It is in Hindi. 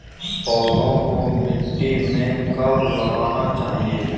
पौधों को मिट्टी में कब लगाना चाहिए?